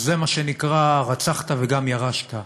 אז זה מה שנקרא "הרצחת וגם ירשת?"